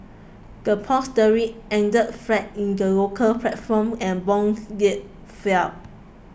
the pound sterling ended flat in the local platform and bond yields fell